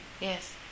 Yes